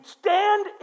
stand